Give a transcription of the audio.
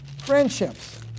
Friendships